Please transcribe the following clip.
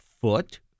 foot